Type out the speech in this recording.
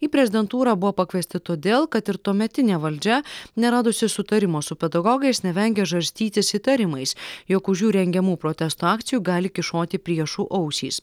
į prezidentūrą buvo pakviesti todėl kad ir tuometinė valdžia neradusi sutarimo su pedagogais nevengė žarstytis įtarimais jog už jų rengiamų protesto akcijų gali kyšoti priešų ausys